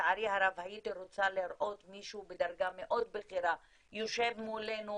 לצערי הרב הייתי רוצה לראות מישהו בדרגה מאוד בכירה יושב מולנו,